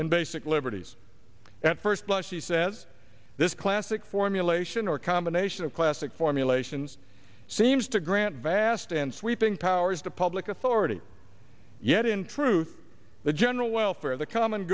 and basic liberties at first blush he says this classic formulation or combination of classic formulations seems to grant vast and sweeping powers to public authority yet in truth the general welfare of the common